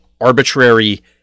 arbitrary